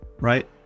right